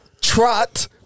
trot